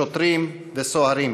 שוטרים וסוהרים,